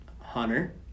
Hunter